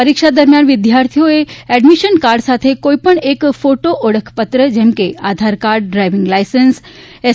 પરીક્ષા દરમિયાન વિદ્યાર્થીઓને એડમિશન કાર્ડ સાથે કોઈપણ એક ફોટો ઓળખપત્ર જેમ કે આધારકાર્ડ ડ્રાઇવિંગ લાયસન્સ એસ